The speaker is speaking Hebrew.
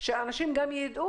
שאנשים גם ידעו.